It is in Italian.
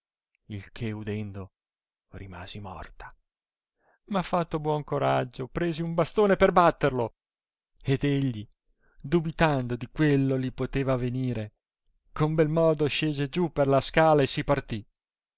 il che udendo rimasi morta ma fatto buon coraggio presi un bastone per batterlo ed egli dubitando di quello li poteva avenire con bel modo scese giù per la scala e si partì